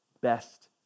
best